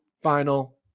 final